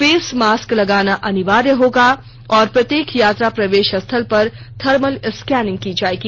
face mask लगाना अनिवार्य होगा और प्रत्येक यात्रा प्रवेश स्थल पर थर्मल स्कैनिंग की जाएगी